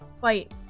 fight